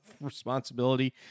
responsibility